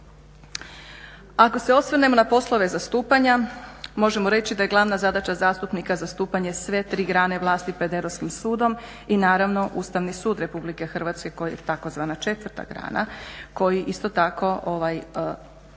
Ako se osvrnemo na poslove zastupanja možemo reći da je glavna zadaća zastupnika zastupanje sve tri grane vlasti pred Europskim sudom i naravno Ustavni sud RH koji je takozvana četvrta grana koji isto tako je